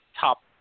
top